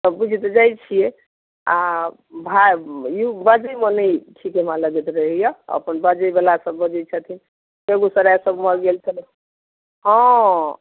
बुझि तऽ जाइ छियै आ भाषा बजै मे नहि हमरा ठीक लगैत रहैया अपन बजै बला सब बजै छथिन बेगुसराय सब हँ